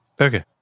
Okay